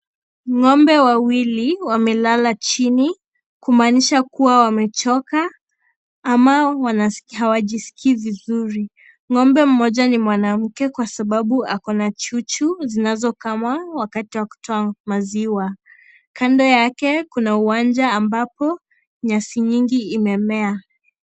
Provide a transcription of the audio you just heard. Ng'ombe wawili wamelala chini kumaanisha kuwa wamechoka ama hawajiskii vizuri. Ng'ombe mmoja ni mwanamke kwa sababu ako na chuchu zinazokamwa wakati wa kutoa maziwa. Kando yake kuna uwanja ambapo nyasi nyingi imemea.